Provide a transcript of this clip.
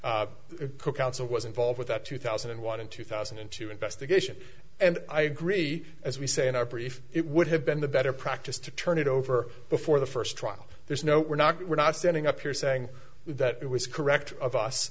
counsel was involved with that two thousand and one and two thousand and two investigation and i agree as we say in our prefer it would have been the better practice to turn it over before the first trial there's no we're not we're not standing up here saying that it was correct of us